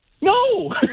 no